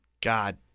God